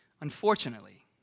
Unfortunately